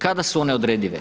Kada su one odredive?